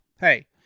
hey